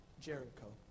Jericho